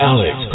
Alex